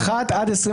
נפל.